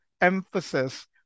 emphasis